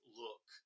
look